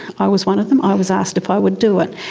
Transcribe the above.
i was one of them, i was asked if i would do it.